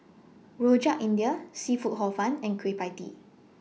Rojak India Seafood Hor Fun and Kueh PIE Tee